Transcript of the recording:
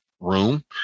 Room